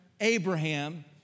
Abraham